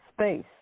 space